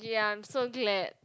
ya I'm so glad